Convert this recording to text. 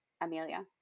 Amelia